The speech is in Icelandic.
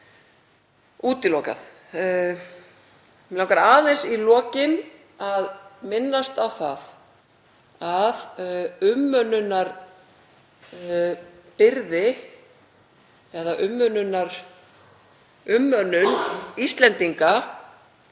útilokað. Mig langar aðeins í lokin að minnast á að umönnunarbyrði eða umönnun Íslendinga